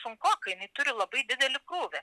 sunkoka jinai turi labai didelį krūvį